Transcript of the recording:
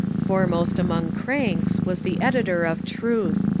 foremost among cranks was the editor of truth.